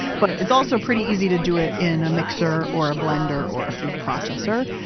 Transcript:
but it's also pretty easy to do it in a mixer or a blender or a food processor.